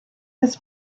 his